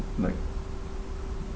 like